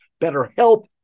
BetterHelp